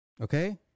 Okay